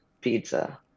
pizza